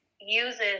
uses